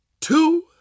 two